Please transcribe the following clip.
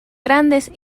grandes